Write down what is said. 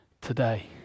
today